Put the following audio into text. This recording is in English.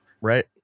right